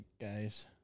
guys